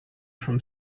from